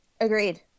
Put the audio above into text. Agreed